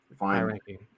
High-ranking